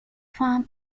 farm